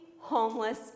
homeless